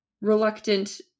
reluctant